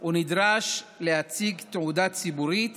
הוא נדרש להציג תעודה ציבורית